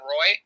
Roy